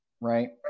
right